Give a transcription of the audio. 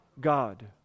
God